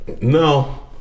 No